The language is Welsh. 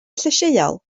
llysieuol